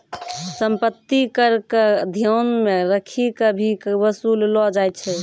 सम्पत्ति कर क ध्यान मे रखी क भी कर वसूललो जाय छै